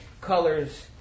colors